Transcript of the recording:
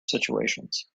situations